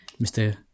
Mr